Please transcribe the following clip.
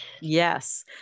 Yes